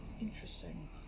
Interesting